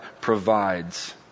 provides